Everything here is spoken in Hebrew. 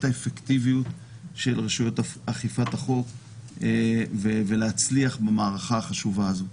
האפקטיביות של רשויות אכיפת החוק ולהצליח במערכה החשובה הזו.